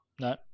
no